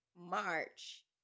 March